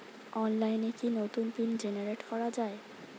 অনলাইনে কি নতুন পিন জেনারেট করা যায়?